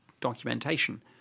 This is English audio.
documentation